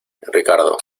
ricardo